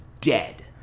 dead